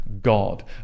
God